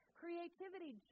creativity